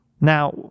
now